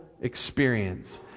experience